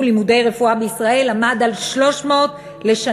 לימודי רפואה בישראל עמד על 300 לשנה.